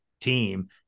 team